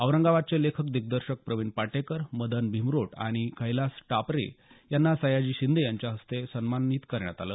औरंगाबादचे लेखक दिग्दर्शक प्रवीण पाटेकर मदन मिमरोट आणि कैलास टापरे यांना सयाजी शिंदे यांच्या हस्ते यावेळी सन्माऩित करण्यात आलं